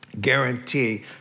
guarantee